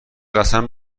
قسم